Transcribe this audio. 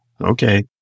okay